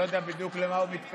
אני לא יודע בדיוק למה הוא מתכוון,